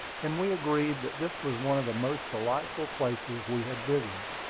and we agreed that this was one of the most delightful places we had visited.